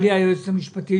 אני מסכים